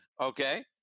Okay